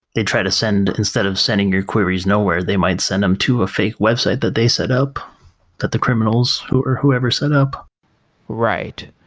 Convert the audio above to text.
they try to send, instead of sending your queries nowhere, they might send them to a fake website that they set up that the criminals whoever whoever set up right.